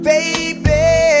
Baby